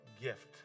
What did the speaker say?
gift